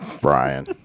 brian